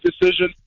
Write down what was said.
decision